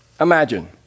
imagine